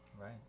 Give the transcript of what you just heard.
Right